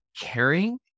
caring